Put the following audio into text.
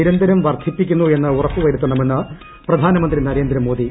നിരന്തരം വർദ്ധിപ്പിക്കുന്നു എന്ന് ഉറപ്പുവരുത്തണമെന്ന് പ്രധാനമന്ത്രി നരേന്ദ്ര മോദി